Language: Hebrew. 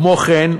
כמו כן,